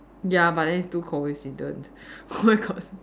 ya but then it's too coincident where got